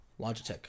Logitech